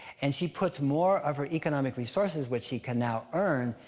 and she puts more of her economic resources, which she can now earn,